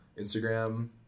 Instagram